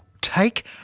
Take